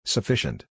Sufficient